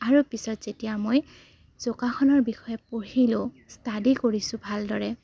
আৰু পিছত যেতিয়া মই যোগাসনৰ বিষয়ে পঢ়িলেও ষ্টাডি কৰিছোঁ ভালদৰে